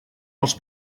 els